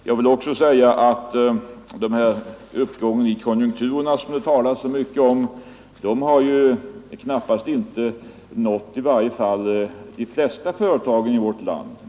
Jag vill också säga att den uppgång i konjunkturerna som det talas så mycket om knappast har nått i varje fall de flesta företagen i vårt land.